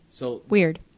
Weird